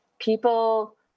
people